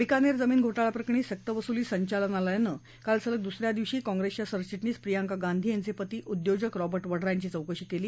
बिकानेर जमीन घोठाळा प्रकरणी सक्तवसुली संचालनालयानं काल सलग दुसऱ्या दिवशी काँग्रेसच्या सरवि गीीस प्रियंका गांधी यांचे पती उद्योजक रॉबा प्रमुड्रा यांची चौकशी केली